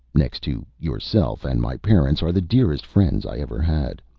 next to yourself and my parents, are the dearest friends i ever had.